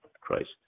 Christ